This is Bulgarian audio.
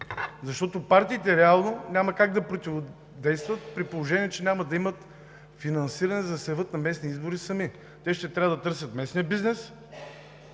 защото партиите реално няма как да противодействат. При положение че няма да имат финансиране, за да се явят на местни избори сами, ще трябва да търсят местния бизнес,